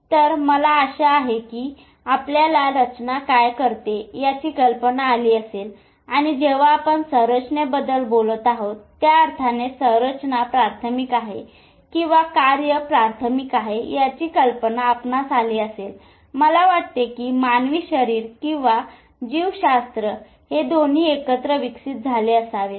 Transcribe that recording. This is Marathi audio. तर मला आशा आहे की आपल्याला रचना काय करते याची कल्पना आली असेल आणि जेव्हा आपण संरचनेबद्दल बोलत आहोत त्या अर्थाने संरचना प्राथमिक आहे किंवा कार्य प्राथमिक आहे याची कल्पना आपणास आली असेल मला वाटते की मानवी शरीर किंवा जीवशास्त्र हे दोन्ही एकत्र विकसित झाले असावेत